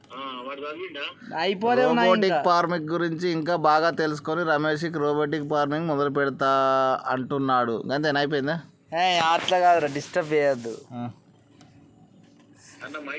robotic farming గురించి ఇంకా బాగా తెలుసుకొని రమేష్ రోబోటిక్ ఫార్మింగ్ మొదలు పెడుతా అంటున్నాడు